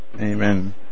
Amen